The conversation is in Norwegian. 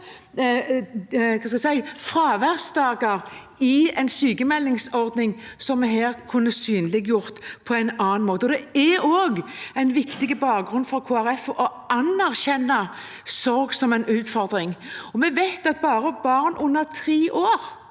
fraværsdager i en sykmeldingsordning som vi her kunne synliggjort på en annen måte. Det er også en viktig bakgrunn for Kristelig Folkeparti å anerkjenne sorg som en utfordring. Vi vet at det blant barn under fire år